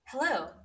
Hello